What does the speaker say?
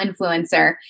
influencer